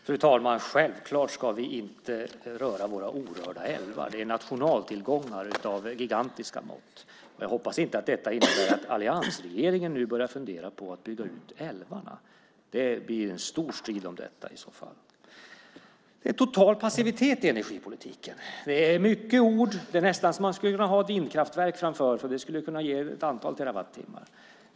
Fru talman! Vi ska självfallet inte röra våra orörda älvar. Det är nationaltillgångar av gigantiska mått. Jag hoppas att detta inte innebär att alliansregeringen nu börjar fundera på att bygga ut älvarna. Det blir en stor strid om detta i så fall. Det är total passivitet i energipolitiken. Det är många ord. Det är nästan så att man skulle kunna ha ett vindkraftverk framför. Det skulle kunna ge ett antal terawattimmar.